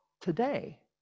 today